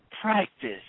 practice